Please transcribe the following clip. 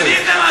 זה שוביניזם,